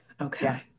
Okay